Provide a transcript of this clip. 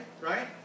right